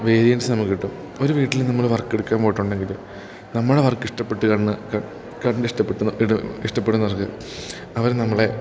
variance നമുക്ക് കിട്ടും ഒരു വീട്ടിൽ നമ്മൾ വർക്ക് എടുക്കാൻ പോയിട്ടുണ്ടെങ്കിൽ നമ്മളെ വർക്ക് ഇഷ്ടപ്പെട്ട് കണ് കണ്ട് ഇഷ്ടപ്പെട്ട് ഇട ഇഷ്ടപ്പെടുന്നവർക്ക് അവർ നമ്മളെ